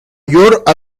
york